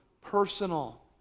personal